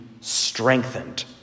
strengthened